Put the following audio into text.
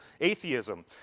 atheism